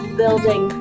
building